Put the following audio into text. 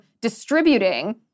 distributing